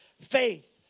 faith